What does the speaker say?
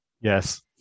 Yes